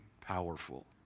powerful